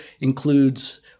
includes